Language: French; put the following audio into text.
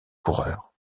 coureurs